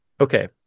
okay